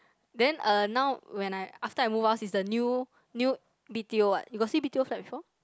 then uh now when I after I move house it's the new new b_t_o [what] you got see b_t_o flat before